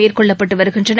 மேற்கொள்ளப்பட்டு வருகின்றன